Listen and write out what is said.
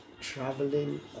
traveling